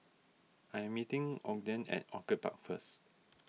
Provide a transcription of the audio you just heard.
I am meeting Ogden at Orchid Park first